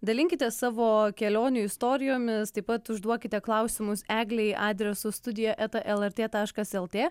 dalinkitės savo kelionių istorijomis taip pat užduokite klausimus eglei adresu studija eta lrt taškas lt